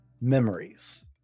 memories